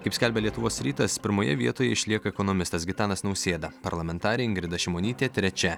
kaip skelbia lietuvos rytas pirmoje vietoje išlieka ekonomistas gitanas nausėda parlamentarė ingrida šimonytė trečia